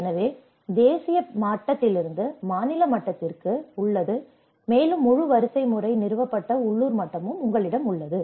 எனவே தேசிய மட்டத்திலிருந்து மாநில மட்டத்திற்கு உள்ளது மேலும் முழு வரிசைமுறை நிறுவப்பட்ட உள்ளூர் மட்டமும் உங்களிடம் உள்ளது